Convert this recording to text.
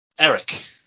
Eric